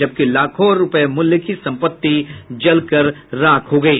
जबकि लाखों मूल्य की संपत्ति जलकर राख हो गयी